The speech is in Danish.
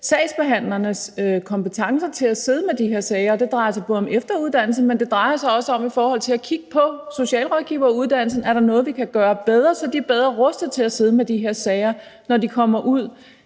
sagsbehandlernes kompetencer til at sidde med de her sager. Det drejer sig både om efteruddannelse, men det drejer sig også om at kigge på socialrådgiveruddannelsen: Er der noget, vi kan gøre bedre, så de er bedre rustet til at sidde med de her sager, når de kommer ud